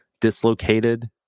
dislocated